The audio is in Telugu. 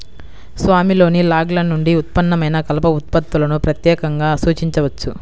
స్వామిలోని లాగ్ల నుండి ఉత్పన్నమైన కలప ఉత్పత్తులను ప్రత్యేకంగా సూచించవచ్చు